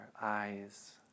eyes